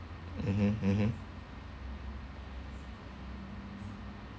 mmhmm mmhmm